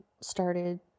started